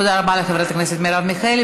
תודה לחברת הכנסת מרב מיכאלי.